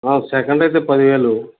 second అయితే పది వేలు